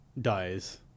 dies